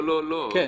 לא, לא.